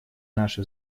наши